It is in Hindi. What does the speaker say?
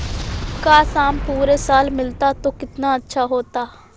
काश, आम पूरे साल मिलता तो कितना अच्छा होता